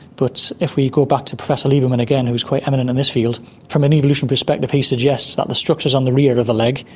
but if we go back to professor lieberman again who is quite eminent in this field, from an evolution perspective he suggests that the structures on the rear of the leg,